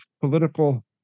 political